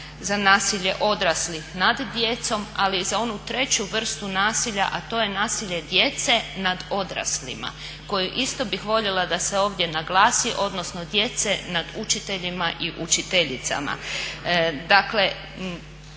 za nasilje odraslih nad djecom ali i za onu treću vrstu nasilja a to je nasilje djece nad odraslima koje isto bih voljela da se ovdje naglasi, odnosno djece nad učiteljima i učiteljicama.